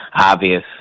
obvious